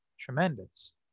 tremendous